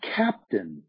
captain